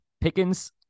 Pickens